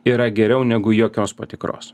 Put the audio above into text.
yra geriau negu jokios patikros